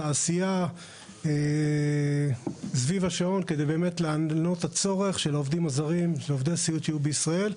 העשייה סביב השעון כדי לענות על הצורך של עובדי הסיעוד בישראל,